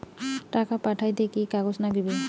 টাকা পাঠাইতে কি কাগজ নাগীবে?